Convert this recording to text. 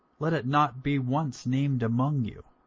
let it not be once named among you,